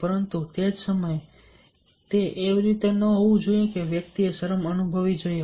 પરંતુ તે જ સમયે તે એવી રીતે ન હોવું જોઈએ કે વ્યક્તિએ શરમ અનુભવવી જોઈએ